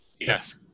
Yes